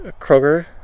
Kroger